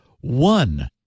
one